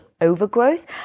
overgrowth